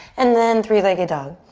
and then three-legged dog.